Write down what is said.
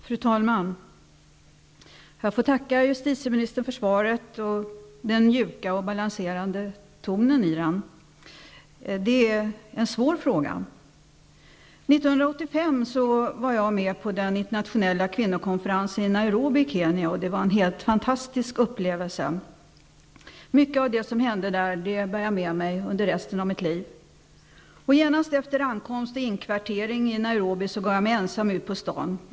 Fru talman! Jag tackar justitieministern för svaret, och även för den mjuka och balanserade tonen i svaret. Det här är en svår fråga. År 1985 var jag med på den internationella kvinnokonferensen i Nairobi i Kenya. Det var en helt fantastisk upplevelse. Mycket av det som hände där bär jag med mig under resten av mitt liv. Genast efter ankomst och inkvartering i Nairobi gav jag mig ensam ut på stan.